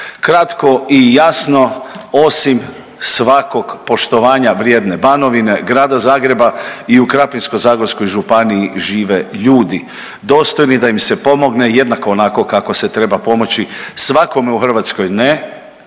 Kratko i jasno osim svakog poštovanja vrijedne Banovine, Grada Zagreba i Krapinsko-zagorskoj županiji žive ljude dostojni da im se pomogne jednako onako kako se treba pomoći svakome u Hrvatskoj ne